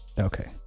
Okay